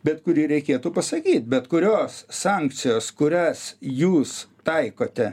bet kurį reikėtų pasakyt bet kurios sankcijos kurias jūs taikote